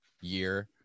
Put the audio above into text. year